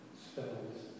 spells